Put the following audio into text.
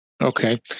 Okay